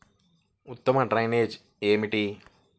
ఉత్తమ డ్రైనేజ్ ఏమిటి?